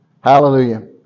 Hallelujah